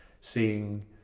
seeing